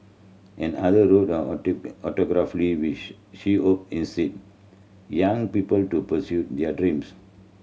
and other wrote her autobiography which she hope in say young people to pursue their dreams